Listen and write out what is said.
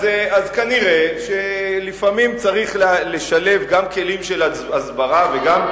אז כנראה לפעמים צריך לשלב גם כלים של הסברה וגם,